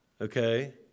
Okay